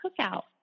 cookout